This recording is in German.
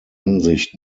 ansicht